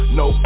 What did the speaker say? no